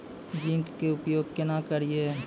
Zinc के उपयोग केना करये?